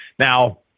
Now